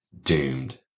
doomed